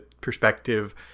perspective